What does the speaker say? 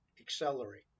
accelerate